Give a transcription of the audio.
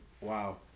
wow